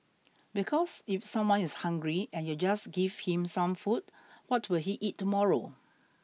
because if someone is hungry and you just give him some food what will he eat tomorrow